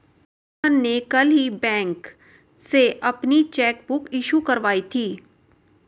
मोहन ने कल ही बैंक से अपनी चैक बुक इश्यू करवाई थी